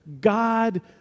God